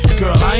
girl